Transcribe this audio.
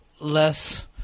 less